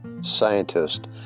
scientist